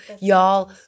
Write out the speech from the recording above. Y'all